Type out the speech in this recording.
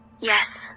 Yes